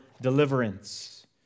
deliverance